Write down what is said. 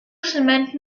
cement